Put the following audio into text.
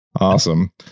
awesome